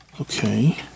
Okay